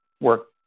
work